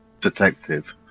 detective